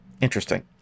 Interesting